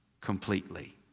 completely